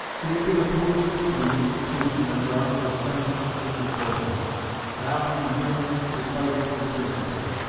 he had been opposed to the institution on grounds of sentiment since his boyhood now he determined to fight it from principle.